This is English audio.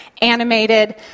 animated